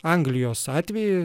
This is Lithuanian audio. anglijos atvejį